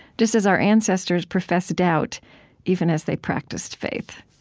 just as our ancestors professed doubt even as they practiced faith.